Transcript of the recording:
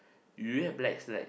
do you have black slacks